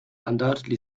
undoubtedly